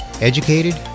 educated